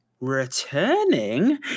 returning